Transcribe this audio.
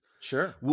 Sure